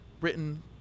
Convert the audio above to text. written